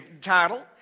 title